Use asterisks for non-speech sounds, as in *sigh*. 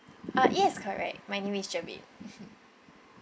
uh yes correct my name is germaine *breath*